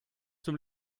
zum